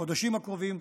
החודשים הקרובים,